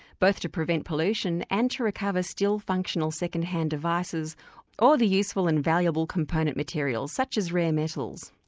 both to prevent pollution and to recover still functional second-hand devices or the useful and valuable component materials such as rare metals.